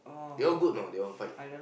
they all good you know they all fight